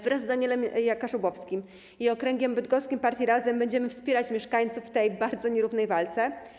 Wraz z Danielem Kaszubowskim i okręgiem bydgoskim partii Razem będziemy wspierać mieszkańców w tej bardzo nierównej walce.